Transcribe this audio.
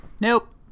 Nope